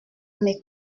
mes